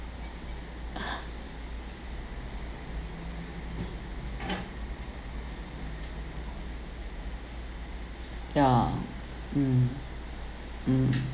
yeah mm mm